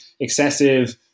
excessive